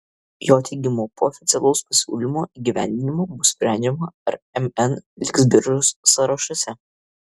jo teigimu po oficialaus pasiūlymo įgyvendinimo bus sprendžiama ar mn liks biržos sąrašuose